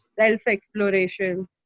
self-exploration